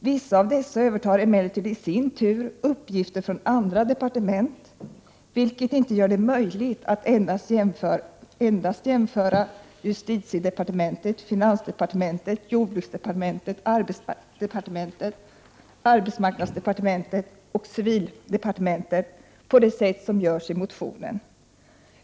Vissa av dessa övertar i sin tur uppgifter från andra departement, vilket inte gör det möjligt att endast jämföra justitiedepartementet, finansdepartementet, jordbruksdepartementet, arbetsmarknadsdepartementet och civildepartementet på det sätt som görs i motionen.